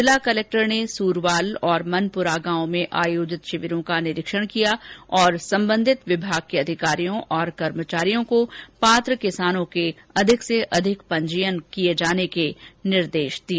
जिला कलेक्टर ने सूरवाल और मनपुरा गांव में आयोजित शिविरों का निरीक्षण किया तथा संबंधित विभाग के अधिकारियों और कर्मचारियों को पात्र किसानों के अधिक से अधिक पंजीयन किए जाने के दिशा निर्देश दिए